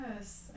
Yes